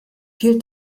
viel